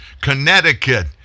Connecticut